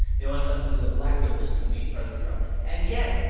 they want someone who is electable to beat president trump. and yet,